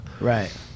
Right